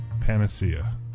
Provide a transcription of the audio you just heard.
panacea